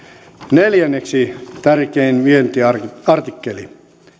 neljänneksi tärkein vientiartikkeli